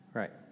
right